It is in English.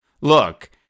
Look